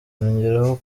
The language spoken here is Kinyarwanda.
yongeraho